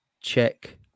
Check